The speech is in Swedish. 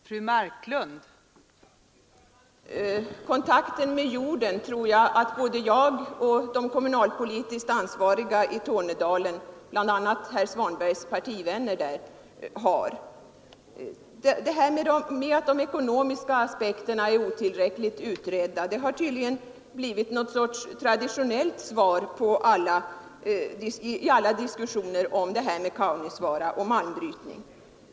Fru talman! Kontakt med jorden tror jag att både jag och de kommunalpolitiskt ansvariga i Tornedalen, bl.a. herr Svanbergs partivänner där, har. Argumentet att de ekonomiska aspekterna är otillräckligt utredda har tydligen blivit något slags traditionellt svar i alla diskussioner om malmbrytning i Kaunisvaara.